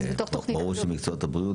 ברור שמקצועות הבריאות,